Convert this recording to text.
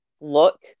look